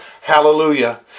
Hallelujah